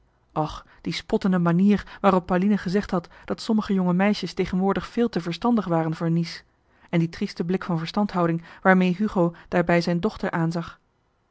och die spottende manier waarop pauline gezegd had johan de meester de zonde in het deftige dorp dat sommige jonge meisjes tegenwoordig veel te verstandig waren voor nice en die trieste blik van verstandhouding waarmee hugo daarbij zijn dochter aanzag